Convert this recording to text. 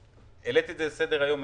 העליתי את זה לסדר היום,